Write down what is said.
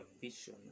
vision